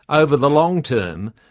over the long term,